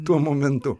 tuo momentu